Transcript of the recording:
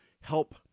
help